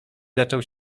zaczął